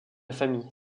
famille